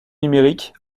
numérique